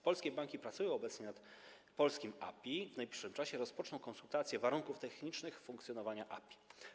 Polskie banki pracują obecnie nad polskim API; w najbliższym czasie rozpoczną konsultacje dotyczące warunków technicznych funkcjonowania API.